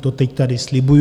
To teď tady slibuji.